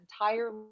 entire